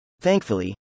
Thankfully